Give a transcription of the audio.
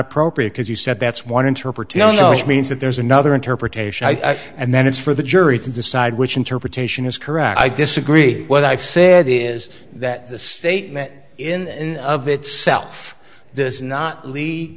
appropriate because you said that's one interpretation means that there's another interpretation i and then it's for the jury to decide which interpretation is correct i disagree what i've said is that the statement in and of itself does not lead